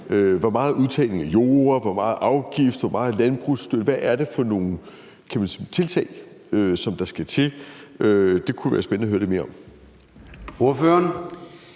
hvor meget udtagning af jorder, hvor mange afgifter, hvor meget landbrugsstøtte. Hvad er det for nogle tiltag, der skal til? Det kunne være spændende at høre lidt mere om. Kl.